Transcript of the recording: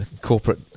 corporate